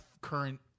current